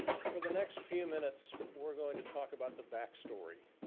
for the next few minutes, we're going to talk about the backstory,